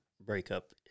breakup